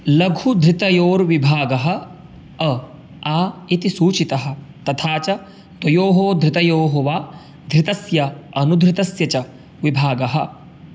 लघुधृतयोर्विभागः अ आ इति सूचितः तथा च द्वयोः धृतयोः वा धृतस्य अनुधृतस्य च विभागः